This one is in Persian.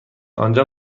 آنجا